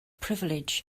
privilege